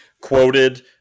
quoted